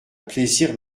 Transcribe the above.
plaisir